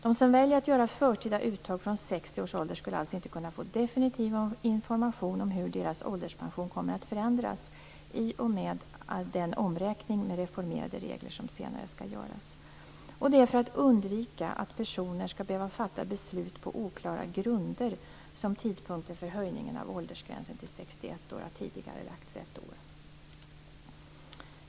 De som väljer att göra förtida uttag från 60 års ålder skulle alltså inte kunna få definitiv information om hur deras ålderspension kommer att förändras i och med den omräkning med reformerade regler som senare skall göras. Det är för att personer inte skall behöva fatta beslut på oklara grunder som tidpunkten för höjningen av åldersgränsen till 61 år har tidigarelagts ett år.